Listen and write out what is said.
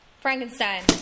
Frankenstein